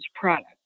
product